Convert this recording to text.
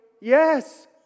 yes